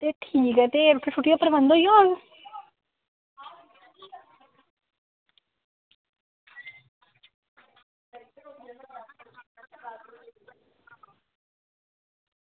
ते ठीक ऐ ते रुट्टिया दा प्रबंध होई जाह्ग